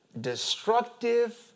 destructive